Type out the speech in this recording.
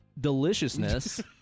deliciousness